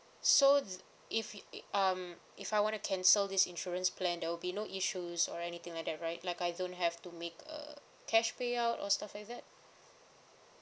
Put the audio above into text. so if um if I wanna cancel this insurance plan there will be no issues or anything like that right like I don't have to make uh cash payout or stuff like that